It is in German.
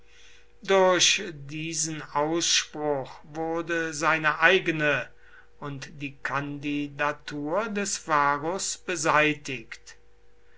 durch diesen ausspruch wurde seine eigene und die kandidatur des varus beseitigt